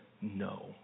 no